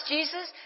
Jesus